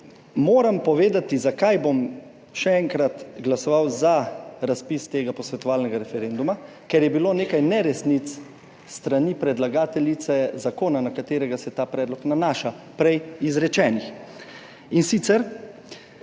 moram povedati, zakaj bom še enkrat glasoval za razpis tega posvetovalnega referenduma, ker je bilo nekaj neresnic s strani predlagateljice zakona, na katerega se ta predlog nanaša, prej izrečenih. In sicer